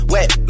Wet